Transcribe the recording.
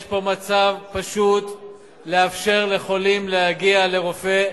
יש פה מצב פשוט לאפשר לחולים להגיע לרופא,